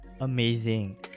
Amazing